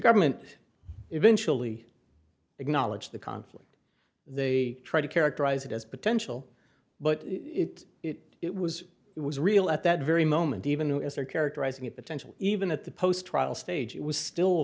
government eventually acknowledged the conflict they try to characterize it as potential but it was it was real at that very moment even as they're characterizing it potentially even at the post trial stage it was still